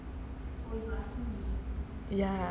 ya